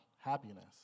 happiness